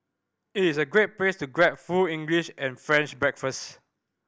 it is a great place to grab full English and French breakfast